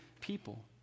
people